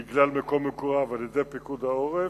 בגלל מקום מגוריו, זה על-ידי פיקוד העורף.